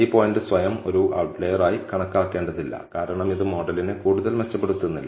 ഈ പോയിന്റ് സ്വയം ഒരു ഔട്ട്ലിയർ ആയി കണക്കാക്കേണ്ടതില്ല കാരണം ഇത് മോഡലിനെ കൂടുതൽ മെച്ചപ്പെടുത്തുന്നില്ല